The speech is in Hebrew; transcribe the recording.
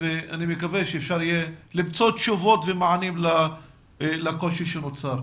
ואני מקווה שאפשר יהיה למצוא תשובות ומענים לקושי שנוצר.